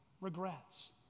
regrets